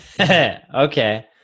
Okay